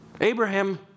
Abraham